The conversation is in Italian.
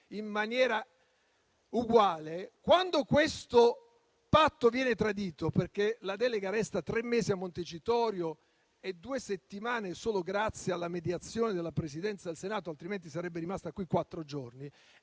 in maniera uguale, se poi però viene tradito perché la delega resta tre mesi a Montecitorio e due settimane - solo grazie alla mediazione della Presidenza altrimenti sarebbe rimasta qui quattro giorni